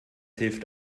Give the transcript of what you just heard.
hilft